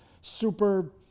super